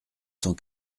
cent